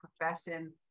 profession